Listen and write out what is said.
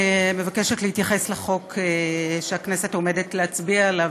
אני מבקשת להתייחס לחוק שהכנסת עומדת להצביע עליו,